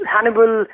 Hannibal